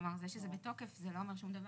כלומר זה שזה בתוקף זה לא אומר שום דבר.